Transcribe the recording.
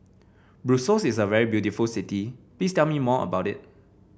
Brussels is a very beautiful city please tell me more about it